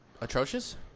atrocious